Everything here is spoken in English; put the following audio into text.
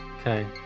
Okay